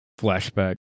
flashback